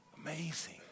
Amazing